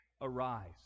arise